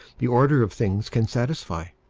the order of things can satisfy.